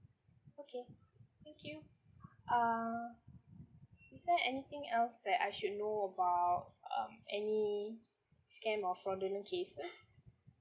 okay thank you err is there anything else that I should know about um any scam or fraudulent cases